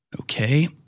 Okay